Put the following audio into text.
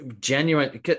genuine